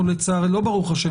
לא ברוך ה',